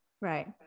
Right